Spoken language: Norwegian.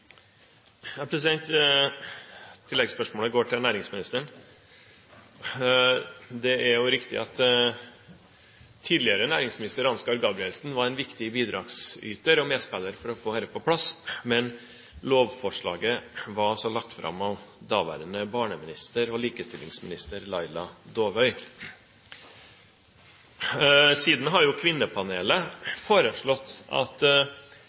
går til næringsministeren. Det er riktig at tidligere næringsminister Ansgar Gabrielsen var en viktig bidragsyter og medspiller for å få dette på plass, men lovforslaget ble lagt fram av daværende barne- og likestillingsminister Laila Dåvøy. Siden har Kvinnepanelet foreslått at